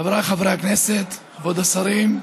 חבריי חברי הכנסת, כבוד השרים,